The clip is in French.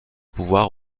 pouvoir